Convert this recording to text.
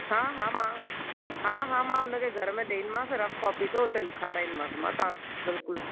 हा हा मां हा हा मां हुनखे घर में ॾींदीमांसि रफ कॉपी तो हुते लिखाराईंदीमांसि मां तव्हांखे बिल्कुलु